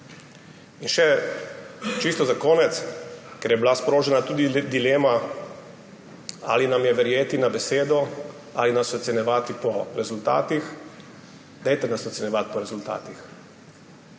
Čisto za konec, ker je bila sprožena tudi dilema, ali nam je verjeti na besedo ali nas ocenjevati po rezultatih. Dajte nas ocenjevati po rezultatih.